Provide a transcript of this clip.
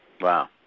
Wow